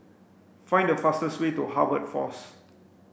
find the fastest way to Harvest Force